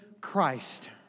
Christ